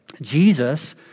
Jesus